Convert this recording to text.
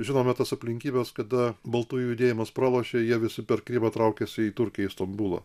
žinome tas aplinkybes kada baltųjų judėjimas pralošė jie visi per krymą traukėsi į turkiją į stambulą